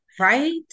Right